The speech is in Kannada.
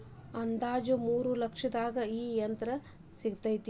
ಅಂದಾಜ ಮೂರ ಲಕ್ಷದಾಗ ಈ ಯಂತ್ರ ಸಿಗತತಿ